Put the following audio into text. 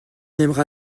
aimera